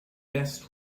best